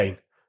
Okay